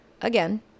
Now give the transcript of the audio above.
again